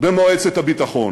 במועצת הביטחון,